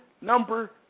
number